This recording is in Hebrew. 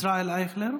ישראל אייכלר,